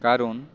কারণ